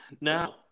Now